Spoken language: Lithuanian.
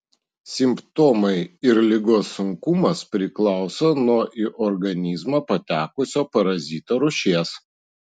simptomai ir ligos sunkumas priklauso nuo į organizmą patekusio parazito rūšies